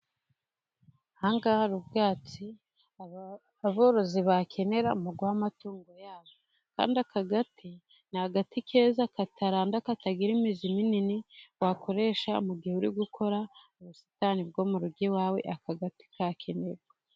Aha ngaha hari ubwatsi aborozi bakenera mu guha amatungo yabo. Kandi aka gati ni agati keza kataranda, katagira imizi minini ,wakoresha mu gihe uri gukora ubusitani bwo mu rugo iwawe, aka gati kakenerwa .